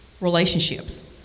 Relationships